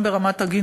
גם רמת הגינוי,